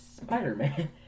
Spider-Man